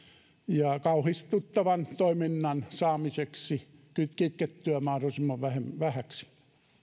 ja kauhistuttavan toiminnan saamiseksi kitkettyä mahdollisimman vähäiseksi